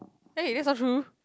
eh that's not true